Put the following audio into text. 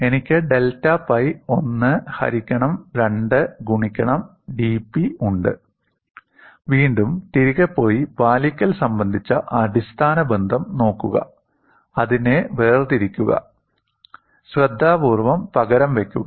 എനിക്ക് delta pi 1 ഹരിക്കണം 2 ഗുണിക്കണം dP ഉണ്ട് വീണ്ടും തിരികെ പോയി പാലിക്കൽ സംബന്ധിച്ച അടിസ്ഥാന ബന്ധം നോക്കുക അതിനെ വേർതിരിക്കുക ശ്രദ്ധാപൂർവ്വം പകരം വയ്ക്കുക